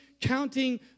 counting